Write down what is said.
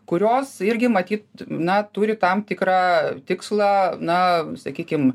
kurios irgi matyt na turi tam tikrą tikslą na sakykim